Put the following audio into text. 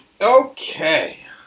okay